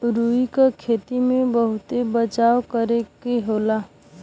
रुई क खेती में बहुत बचाव करे के होला